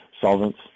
solvents